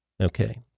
Okay